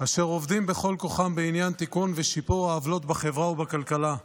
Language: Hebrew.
אשר עובדים בכל כוחם בעניין תיקון ושיפור העוולות בחברה ובכלכלה,